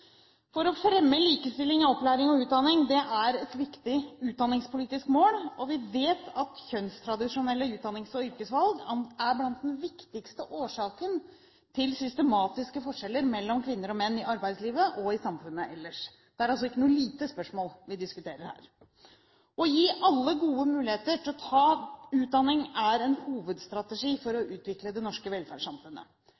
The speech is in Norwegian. feltet. Å fremme likestilling i opplæring og utdanning er et viktig utdanningspolitisk mål. Vi vet at kjønnstradisjonelle utdannings- og yrkesvalg er blant de viktigste årsakene til systematiske forskjeller mellom kvinner og menn i arbeidslivet og i samfunnet ellers. Det er altså ikke noe lite spørsmål vi diskuterer her. Å gi alle gode muligheter til å ta utdanning er en hovedstrategi for å